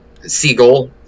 Seagull